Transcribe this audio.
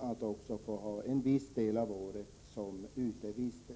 och att under en viss del av året få vistas ute.